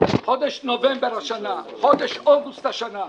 בחודש נובמבר השנה, בחודש אוגוסט השנה.